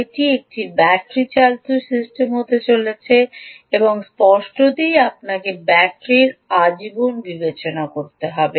এটি একটি ব্যাটারি চালিত সিস্টেম হতে চলেছে এবং স্পষ্টতই আপনাকে ব্যাটারির আজীবন বিবেচনা করতে হবে